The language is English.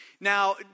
Now